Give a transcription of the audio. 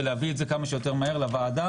ולהביא את זה כמה שיותר מהר לוועדה,